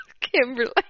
Kimberly